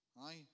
Aye